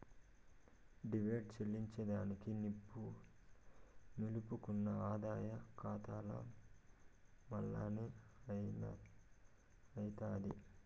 dividend చెల్లింజేదానికి నిలుపుకున్న ఆదాయ కాతాల మల్లనే అయ్యితాది